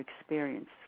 experience